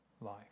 life